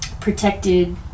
protected